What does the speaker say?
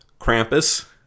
Krampus